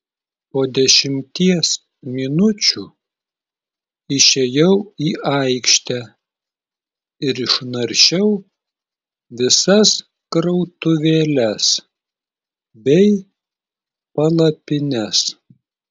po dešimties minučių išėjau į aikštę ir išnaršiau visas krautuvėles bei palapines